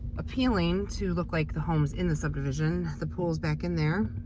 appealing to look like the homes in the subdivision. the pool's back in there.